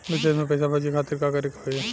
विदेश मे पैसा भेजे खातिर का करे के होयी?